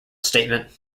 statement